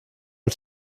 als